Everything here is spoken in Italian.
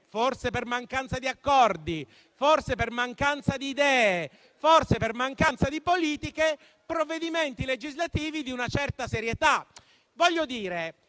forse per mancanza di accordi, forse per mancanza di idee, forse per mancanza di politiche, provvedimenti legislativi di una certa serietà.